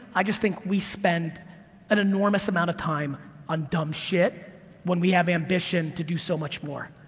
i just think we spend an enormous amount of time on dumb shit when we have ambition to do so much more.